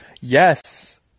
Yes